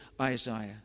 Isaiah